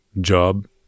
job